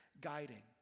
guiding